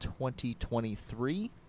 2023